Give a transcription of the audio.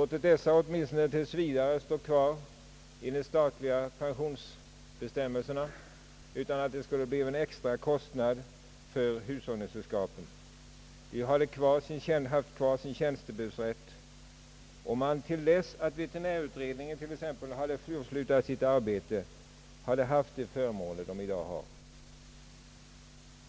avsnitt och åtminstone tills vidare ha låtit vederbörande stå kvar under de statliga pensionsbestämmelserna utan att hushållningssällskapen skulle åsamkas en extra kostnad härför. Dessutom borde man ha låtit hushållningssällskapen behålla sin tjänstebrevsrätt. De borde fram till dess ait veterinärutredningen avslutar sitt arbete fått behålla de förmåner de i dag har.